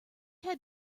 had